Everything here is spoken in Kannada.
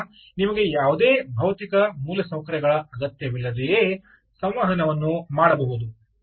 ಆದ್ದರಿಂದ ನಿಮಗೆ ಯಾವುದೇ ಭೌತಿಕ ಮೂಲಸೌಕರ್ಯಗಳ ಅಗತ್ಯವಿಲ್ಲದೆಯೇ ಸಂವಹನವನ್ನು ಮಾಡಬಹುದು